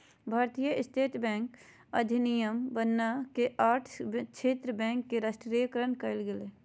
भारतीय state bank अधिनियम बनना के आठ क्षेत्र बैंक के राष्ट्रीयकरण कइल गेलय